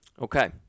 Okay